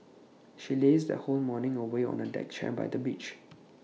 she lazed her whole morning away on A deck chair by the beach